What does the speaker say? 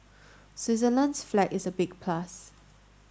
Switzerland's flag is a big plus